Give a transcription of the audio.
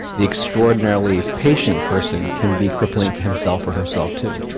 the extraordinarily patient person can be crippling to himself or herself too.